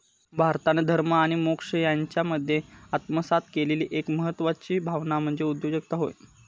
भारतान धर्म आणि मोक्ष यांच्यामध्ये आत्मसात केलेली एक महत्वाची भावना म्हणजे उगयोजकता होय